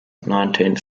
nineteenth